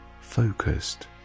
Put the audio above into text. focused